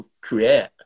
create